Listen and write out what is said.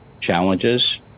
challenges